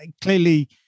clearly